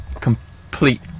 complete